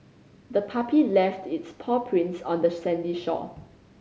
the puppy left its paw prints on the sandy shore